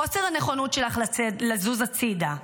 חוסר הנכונות שלך לזוז הצידה,